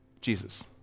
Jesus